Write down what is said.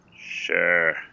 sure